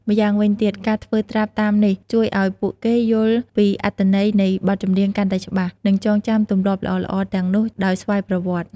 ម្យ៉ាងវិញទៀត ការធ្វើត្រាប់តាមនេះជួយឲ្យពួកគេយល់ពីអត្ថន័យនៃបទចម្រៀងកាន់តែច្បាស់ និងចងចាំទម្លាប់ល្អៗទាំងនោះដោយស្វ័យប្រវត្តិ។